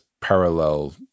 parallel